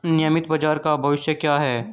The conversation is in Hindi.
नियमित बाजार का भविष्य क्या है?